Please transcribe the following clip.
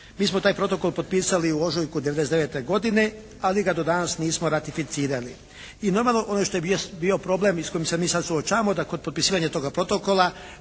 Mi smo taj Protokol potpisali u ožujku '99. godine, ali ga do danas nismo ratificirali. I normalno ono što je bio problem i s kojim se mi sad suočavamo da kod potpisivanja toga Protokola